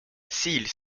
s’il